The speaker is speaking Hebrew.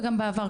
וגם בעבר,